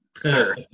Sir